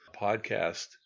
podcast